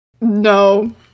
no